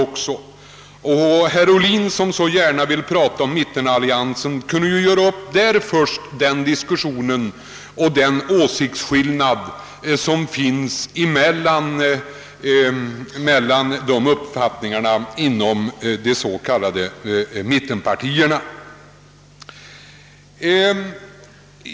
Herr Ohlin, som så gärna vill tala om mittenalliansen, kan ju först ta upp en diskussion med centerpartiet om den skillnad mellan uppfattningarna i frågan som finns inom de s.k. mittenpartierna.